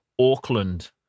Auckland